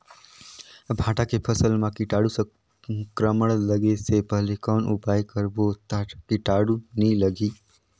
भांटा के फसल मां कीटाणु संक्रमण लगे से पहले कौन उपाय करबो ता कीटाणु नी लगही?